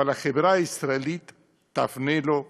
אבל החברה הישראלית תפנה לו גב,